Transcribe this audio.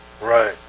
Right